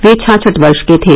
वे छाछठ वर्ष के थे